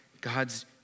God's